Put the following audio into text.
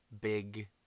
big